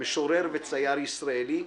משורר וצייר ישראלי,